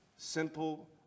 Simple